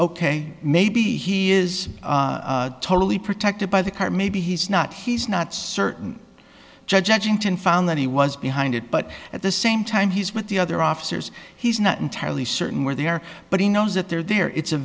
ok maybe he is totally protected by the car maybe he's not he's not certain judging ten found that he was behind it but at the same time he's with the other officers he's not entirely certain where they are but he knows that they're there it's a